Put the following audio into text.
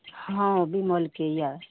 हँ बीमलके यऽ